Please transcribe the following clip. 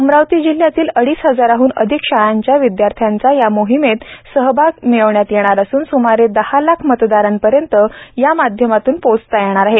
अमरावती जिल्ह्यातील अडीच हजारांहन अधिक शाळांच्या विदयार्थ्याचा या मोहिमेत सहभाग मिळविण्यात येणार असून सुमारे दहा लाख मतदारांपर्यंत या माध्यमातून पोहोचता येणार आहे